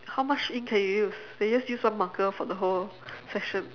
how much ink can you use they just use one marker for the whole session